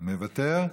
מוותר.